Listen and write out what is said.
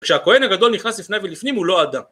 כשהכהן הגדול נכנס לפני ולפנים הוא לא עדה